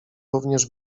również